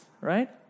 right